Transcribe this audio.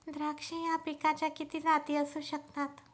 द्राक्ष या पिकाच्या किती जाती असू शकतात?